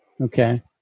Okay